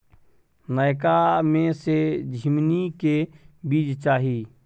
नयका में से झीमनी के बीज चाही?